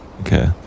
Okay